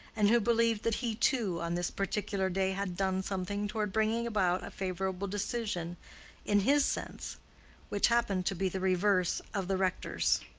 and who believed that he, too, on this particular day had done something toward bringing about a favorable decision in his sense which happened to be the reverse of the rector's.